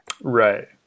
right